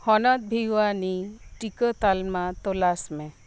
ᱦᱚᱱᱚᱛ ᱵᱷᱤᱣᱟᱱᱤ ᱴᱤᱠᱟᱹ ᱛᱟᱞᱢᱟ ᱛᱚᱞᱟᱥ ᱢᱮ